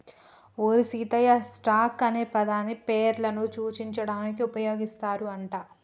ఓరి సీతయ్య, స్టాక్ అనే పదాన్ని పేర్లను సూచించడానికి ఉపయోగిస్తారు అంట